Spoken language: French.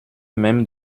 mêmes